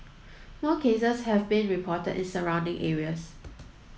more cases have been reported in surrounding areas